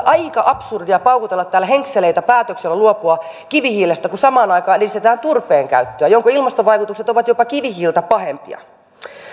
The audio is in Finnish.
aika absurdia paukutella täällä henkseleitä päätöksellä luopua kivihiilestä kun samaan aikaan edistetään turpeen käyttöä jonka ilmastovaikutukset ovat jopa kivihiiltä pahempia